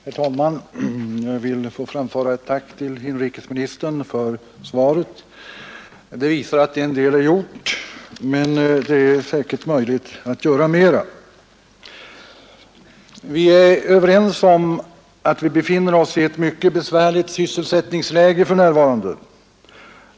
Herr talman! Jag vill framföra mitt tack till inrikesministern för svaret. Det visar att en hel del är gjort, men det är säkert möjligt att göra mera. Vi är överens om att vi befinner oss i ett mycket besvärligt sysselsättningsläge för närvarande.